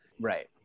right